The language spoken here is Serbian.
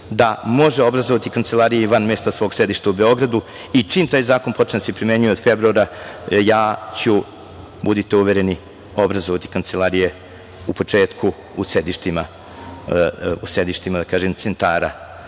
da može obrazovati kancelarije i van mesta svog sedišta u Beogradu. Čim taj zakon počne da se primenjuje od februara, ja ću, budite uvereni, obrazovati kancelarije u početku u sedištima centara